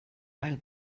ail